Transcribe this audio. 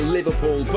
Liverpool